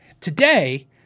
today